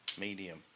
medium